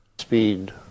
speed